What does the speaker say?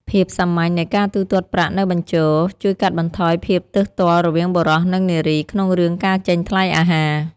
ភាពសាមញ្ញនៃការទូទាត់ប្រាក់នៅបញ្ជរ ជួយកាត់បន្ថយភាពទើសទាល់រវាងបុរសនិងនារីក្នុងរឿងការចេញថ្លៃអាហារ